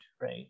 right